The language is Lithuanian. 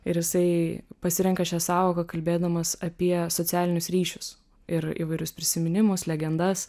ir jisai pasirenka šią sąvoką kalbėdamas apie socialinius ryšius ir įvairius prisiminimus legendas